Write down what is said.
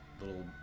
little